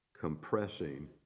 compressing